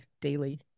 daily